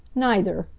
neither.